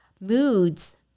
moods